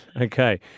okay